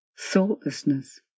thoughtlessness